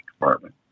department